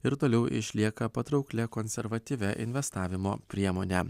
ir toliau išlieka patrauklia konservatyvia investavimo priemone